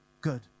good